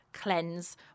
cleanse